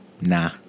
Nah